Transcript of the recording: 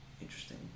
interesting